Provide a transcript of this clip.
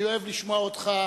אני אוהב לשמוע אותך